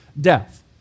death